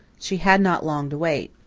she had not long to wait.